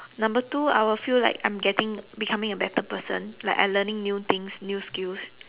number two I will feel like I'm getting becoming a better person like I'm learning new things new skills